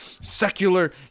secular